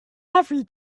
every